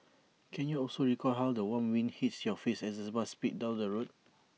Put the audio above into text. can you also recall how the warm wind hits your face as the bus speeds down the road